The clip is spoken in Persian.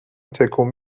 تکون